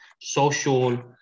social